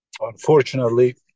unfortunately